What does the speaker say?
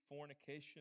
fornication